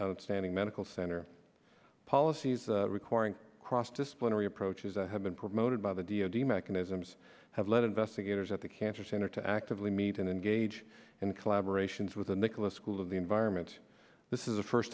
outstanding medical center policies requiring cross disciplinary approaches i have been promoted by the d o d mechanisms have led investigators at the cancer center to actively meet and engage in collaboration is with the nicholas school of the environment this is the first